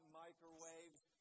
microwaves